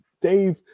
dave